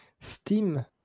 Steam